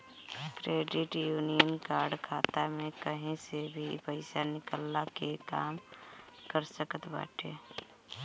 credit union card खाता में कही से भी पईसा निकलला के काम कर सकत बाटे